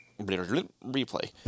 replay